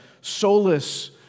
Solace